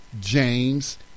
James